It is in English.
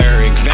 Eric